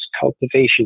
cultivation